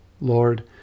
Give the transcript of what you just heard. lord